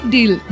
Deal